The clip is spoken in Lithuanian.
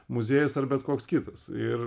muziejus ar bet koks kitas ir